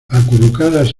acurrucadas